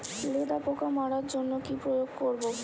লেদা পোকা মারার জন্য কি প্রয়োগ করব?